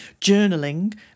journaling